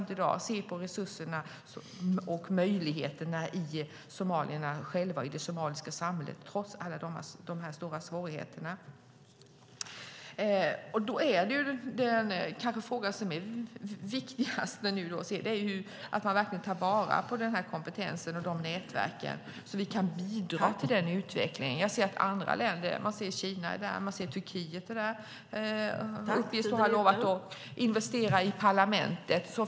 Det handlar om att se resurserna och möjligheterna i somalierna själva och i det somaliska samhället, trots alla stora svårigheter. Den fråga som kanske är den viktigaste nu är att verkligen ta vara på denna kompetens och dessa nätverk så att vi kan bidra till utvecklingen. Jag ser att andra länder är där - Kina är där, och Turkiet är där. De uppges ha lovat att investera i parlamentet.